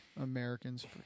Americans